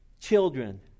children